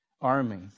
army